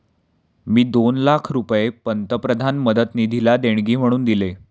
मी दोन लाख रुपये पंतप्रधान मदत निधीला देणगी म्हणून दिले